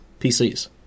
PCs